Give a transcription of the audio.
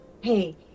Hey